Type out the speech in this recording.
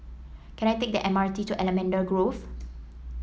can I take the M R T to Allamanda Grove